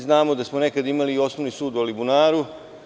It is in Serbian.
Znamo da smo nekada imali i Osnovni sud u Alibunaru.